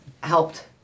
helped